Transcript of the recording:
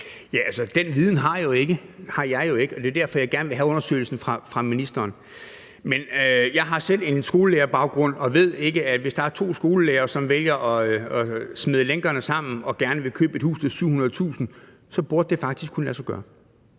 Den viden har jeg jo ikke, og det er derfor, jeg gerne vil have undersøgelsen fra ministeren. Men jeg har selv en skolelærerbaggrund og ved, at det, hvis der er to skolelærere, som vælger at smede lænkerne sammen og gerne vil købe et hus til 700.000 kr., så faktisk burde kunne lade sig gøre.